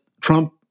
Trump